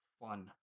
fun